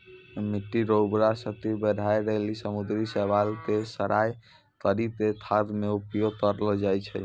मिट्टी रो उर्वरा शक्ति बढ़ाए लेली समुन्द्री शैलाव के सड़ाय करी के खाद मे उपयोग करलो जाय छै